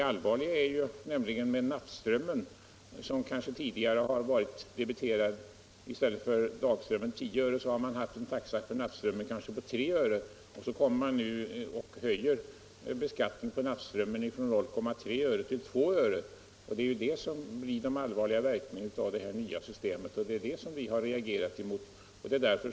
Men det allvarliga i det nu framlagda förslaget gäller nattströmmen. Medan man förut kanske hade en taxa för dagströmmen på 10 öre mot en taxa för nattströmmen på 3 öre höjer man nu beskattningen på nattströmmen från 0,3 öre till 2 öre/kWh. Det är detta som vi har reagerat mot.